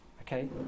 Okay